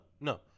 No